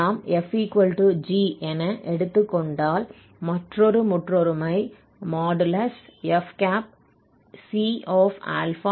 நாம் f g என எடுத்துக் கொண்டால் மற்றொரு முற்றொருமை பெறுவோம்